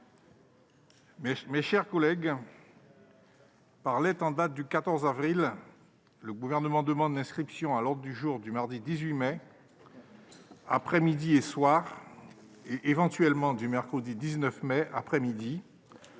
Mes chers collègues, par lettre en date du 14 avril, le Gouvernement demande l'inscription à l'ordre du jour du mardi 18 mai, après-midi et soir, et, éventuellement, du mercredi 19 mai, après-midi,